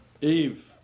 Eve